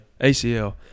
ACL